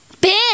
Big